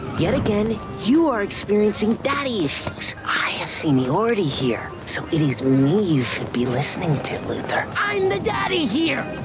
yet again, you are experience and daddy issues. i have seniority here. so it is me you should be listening to, to, luther. i'm the daddy here!